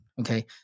Okay